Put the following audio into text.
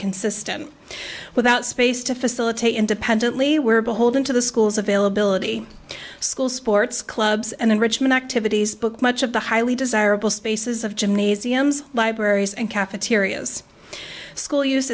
consistent without space to facilitate independently were beholden to the schools availability school sports clubs and enrichment activities book much of the highly desirable spaces of gymnasiums libraries and cafeterias school use